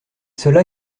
cela